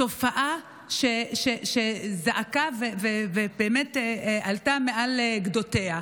תופעה שזעקה ועלתה על גדותיה.